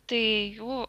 tai jų